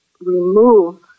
remove